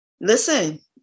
listen